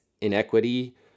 inequity